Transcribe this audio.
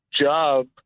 job